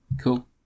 Cool